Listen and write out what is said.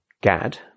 GAD